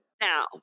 now